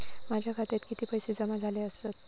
माझ्या खात्यात किती पैसे जमा झाले आसत?